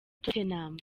tottenham